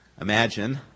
imagine